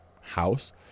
house